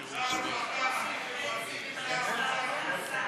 שר הרווחה הכי חברתי.